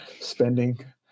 spending